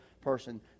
person